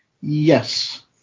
Yes